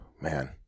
man